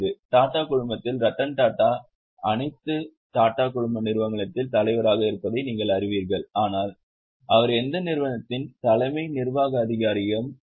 டாடா குழுமத்தில் ரத்தன் டாடா அனைத்து டாடா குழும நிறுவனங்களின் தலைவராக இருப்பதை நீங்கள் அறிவீர்கள் ஆனால் அவர் எந்த நிறுவனத்தின் தலைமை நிர்வாக அதிகாரியும் அல்ல